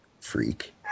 Freak